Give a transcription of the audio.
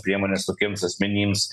priemonės tokiems asmenims